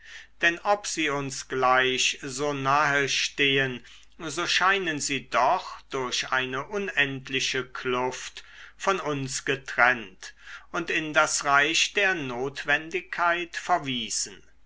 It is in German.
denn ob sie uns gleich so nahe stehen so scheinen sie doch durch eine unendliche kluft von uns getrennt und in das reich der notwendigkeit verwiesen